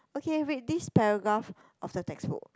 okay read this paragraph of the textbook